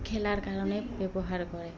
খেলাৰ কাৰণে ব্যৱহাৰ কৰে